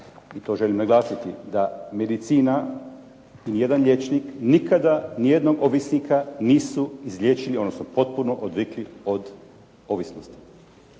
i to želim naglasiti, da medicina i jedan liječnik nikada nijednog ovisnika nisu izliječili odnosno potpuno odvikli od ovisnosti.